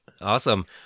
Awesome